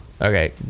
Okay